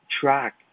track